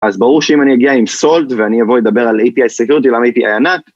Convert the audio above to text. אז ברור שאם אני אגיע עם סולד, ואני אבוא לדבר על API security, למה API ענק